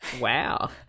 Wow